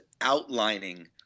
outlining